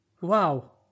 Wow